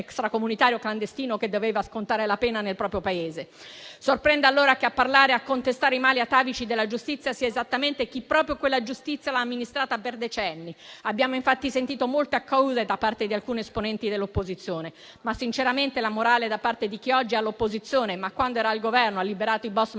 extracomunitario clandestino che doveva scontare la pena nel proprio Paese. Sorprende allora che a parlare e a contestare i mali atavici della giustizia sia esattamente chi proprio quella giustizia l'ha amministrata per decenni. Abbiamo infatti sentito molte accuse da parte di alcuni esponenti dell'opposizione, ma sinceramente la morale da parte di chi oggi è all'opposizione, ma quando era al Governo ha liberato i boss mafiosi